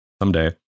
someday